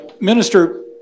Minister